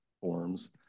forms